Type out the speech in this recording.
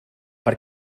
per